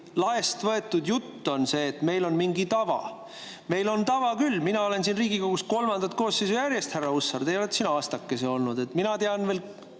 laest võetud jutt on see, et meil on mingi tava. Meil on tava küll, mina olen siin Riigikogus kolmandat koosseisu järjest, härra Hussar, teie olete siin aastakese olnud. Mina tean veel